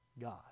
god